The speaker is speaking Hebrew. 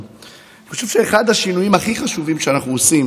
אני חושב שאחד השינויים הכי חשובים שאנחנו עושים